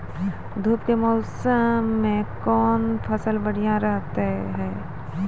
धूप के मौसम मे कौन फसल बढ़िया रहतै हैं?